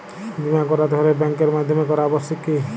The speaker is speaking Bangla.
বিমা করাতে হলে ব্যাঙ্কের মাধ্যমে করা আবশ্যিক কি?